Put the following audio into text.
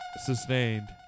Sustained